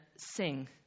sing